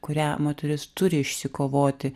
kurią moteris turi išsikovoti